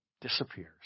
disappears